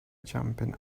jumping